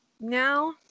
Now